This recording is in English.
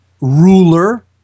ruler